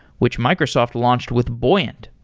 which microsoft launched with buoyant.